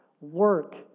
work